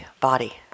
body